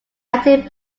acting